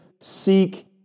seek